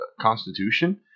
Constitution